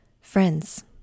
friends